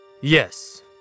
Yes